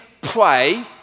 play